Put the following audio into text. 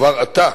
כבר עתה,